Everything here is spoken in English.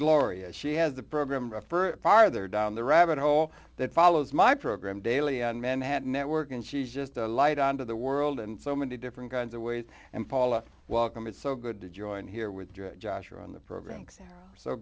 gloria she has the program refer farther down the rabbit hole that follows my program daily on manhattan network and she's just a light on to the world and so many different kinds of ways and paula welcome it's so good to join here with joshua on the program so